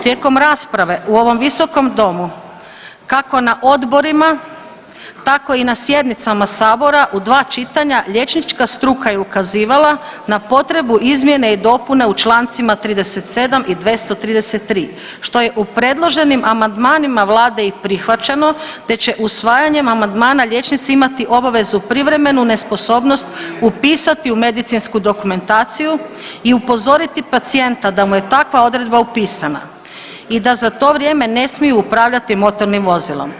Tijekom rasprave u ovom Visokom domu kako na odborima, tako i na sjednicama Sabora u dva čitanja liječnička struka je ukazivala na potrebu izmjene i dopune u člancima 37. i 233. što je u predloženim amandmanima Vlade i prihvaćeno, te će usvajanjem amandmana liječnici imati obavezu privremenu nesposobnost upisati u medicinsku dokumentaciju i upozoriti pacijenta da mu je takva odredba upisana i da za to vrijeme ne smije upravljati motornim vozilom.